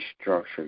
structure